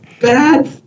bad